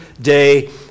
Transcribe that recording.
day